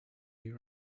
you